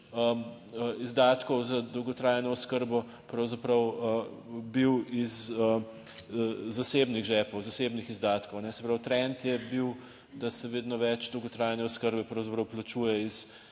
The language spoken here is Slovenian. izdatkov za dolgotrajno oskrbo pravzaprav bil iz zasebnih žepov, zasebnih izdatkov. Se pravi, trend je bil, da se vedno več dolgotrajne oskrbe pravzaprav plačuje iz